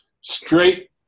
straight